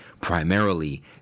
Primarily